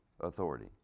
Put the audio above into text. authority